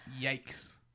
Yikes